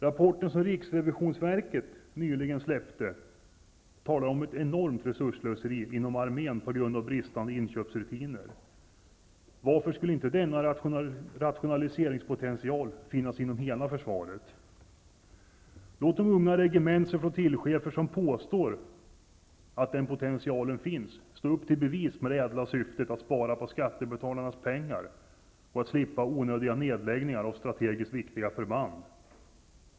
Rapporten som riksrevisionsverket nyligen släppte talar om ett enormt resursslöseri inom armén på grund av bristande inköpsrutiner. Varför finns inte denna rationaliseringspotential inom hela försvarsorganisationen? Låt de unga regementsoch flottiljchefer som påstår att den potentialen finns stå upp till bevis i det ädla syftet att spara på skattebetalarnas pengar och att slippa onödiga nedläggningar av strategiskt viktiga förband.